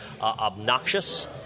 obnoxious